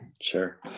sure